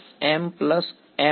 n2m તેથી તે nmm હશે